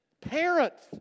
Parents